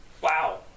Wow